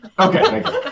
Okay